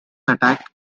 attack